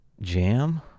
Jam